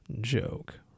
joke